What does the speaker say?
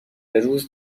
روز